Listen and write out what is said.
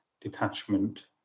detachment